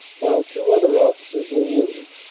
while two other officers were wounded.